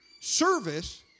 Service